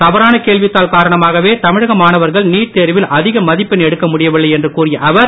தவறான கேள்வித்தாள் காரணமாகவே தமிழக மாணவர்கள் நீட் தேர்வில் அதிக மதிப்பெண் எடுக்க முடியவில்லை என்று கூறிய அவர்